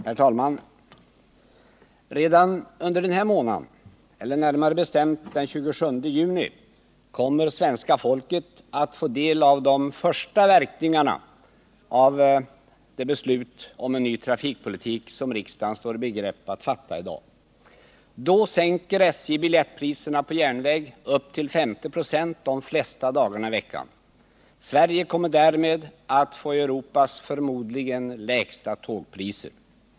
Herr talman! Redan under denna månad, närmare bestämt den 27 juni, kommer svenska folket att få del av de första verkningarna av det beslut om en ny trafikpolitik som riksdagen står i begrepp att fatta i dag. Då sänker SJ biljettpriserna på järnväg med upp till 50 96 de flesta dagarna under veckan. Sverige kommer därmed att få Europas förmodligen lägsta tågpriser.